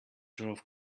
drove